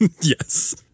yes